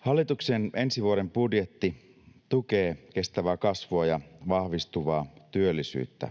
Hallituksen ensi vuoden budjetti tukee kestävää kasvua ja vahvistuvaa työllisyyttä.